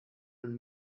und